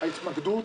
ההתמקדות